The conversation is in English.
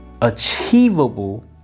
achievable